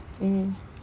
mm